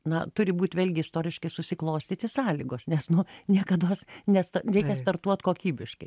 na turi būt vėlgi istoriškai susiklostyti sąlygos nes nu niekados nes reikia startuot kokybiškai